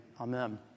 Amen